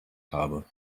habe